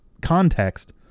context